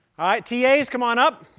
tas come on up.